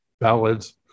ballads